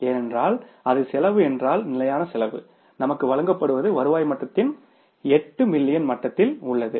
ஏனென்றால் அது செலவு என்றால் நிலையான செலவு நமக்கு வழங்கப்படுவது வருவாயின் மட்டத்தின் 8 மில்லியன் மட்டத்தில் உள்ளது